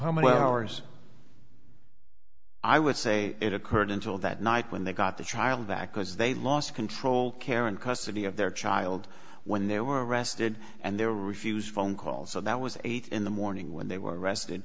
many hours i would say it occurred until that night when they got the trial that because they lost control care and custody of their child when they were arrested and they were refused phone calls so that was eight in the morning when they were arrested